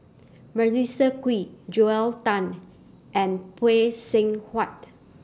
Melissa Kwee Joel Tan and Phay Seng Whatt